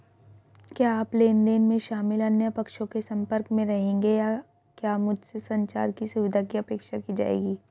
क्या आप लेन देन में शामिल अन्य पक्षों के संपर्क में रहेंगे या क्या मुझसे संचार की सुविधा की अपेक्षा की जाएगी?